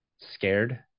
scared